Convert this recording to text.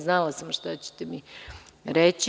Znala sam šta ćete mi reći.